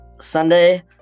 Sunday